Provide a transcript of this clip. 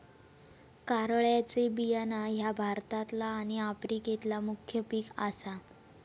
कारळ्याचे बियाणा ह्या भारतातला आणि आफ्रिकेतला मुख्य पिक आसा